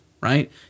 right